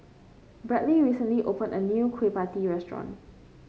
Bradley recently opened a new Kueh Pie Tee restaurant